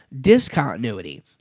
discontinuity